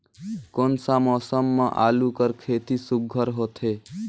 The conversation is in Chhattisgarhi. कोन सा मौसम म आलू कर खेती सुघ्घर होथे?